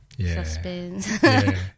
suspense